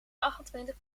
achtentwintig